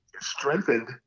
strengthened